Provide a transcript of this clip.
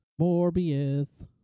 Morbius